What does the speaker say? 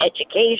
education